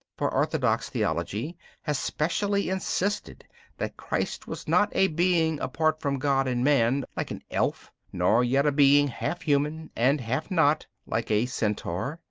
for orthodox theology has specially insisted that christ was not a being apart from god and man, like an elf, nor yet a being half human and half not, like a centaur,